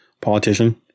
politician